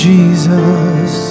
Jesus